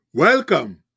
Welcome